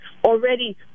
Already